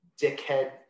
dickhead